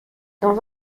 dans